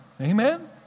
Amen